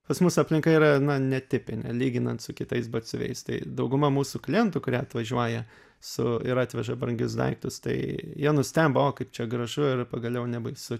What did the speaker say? pas mus aplinka yra na netipinė lyginant su kitais batsiuviais tai dauguma mūsų klientų kurie atvažiuoja su ir atveža brangius daiktus tai jie nustemba o kaip čia gražu ir pagaliau nebaisu